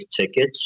tickets